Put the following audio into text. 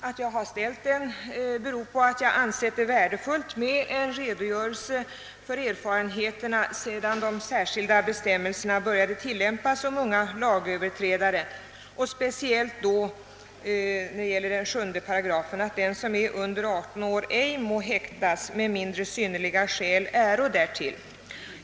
Att jag har ställt den beror på att jag ansett det värdefullt med en redogörelse för erfarenheterna sedan de särskilda bestämmelserna om unga lagöverträdare började tillämpas, speciellt när det gäller 7 8, vari det sägs att den som är under 18 år ej må häktas med mindre synnerliga skäl äro därtill.